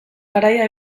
garaia